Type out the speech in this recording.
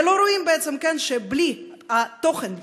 ולא רואים שבלי התוכן,